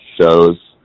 shows